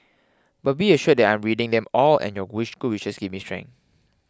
but be assured that I'm reading them all and your wish good wishes give me strength